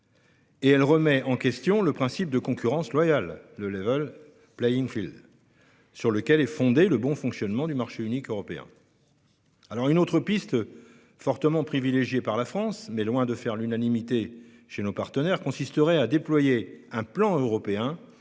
-et elle remet en question le principe de concurrence loyale, le, sur lequel est fondé le bon fonctionnement du marché unique européen. Une autre piste, fortement privilégiée par la France, mais loin de faire l'unanimité chez ses partenaires, consisterait à déployer un plan européen